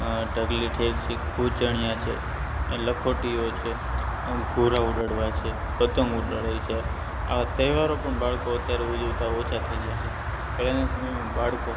અ ઢગલીઠેક છે ખૂંચણીયા છે લખોટીઓ છે અ ક રંગ ઉડાડાવા છે પતંગ ઉડાડવી છે આવા તહેવારો પણ બાળકો અત્યારે ઉજવતાં ઓછા થઇ ગયાં છે પહેલાના સમયમાં બાળકો